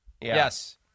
Yes